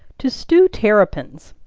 to stew terrapins.